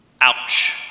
Ouch